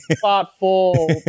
thoughtful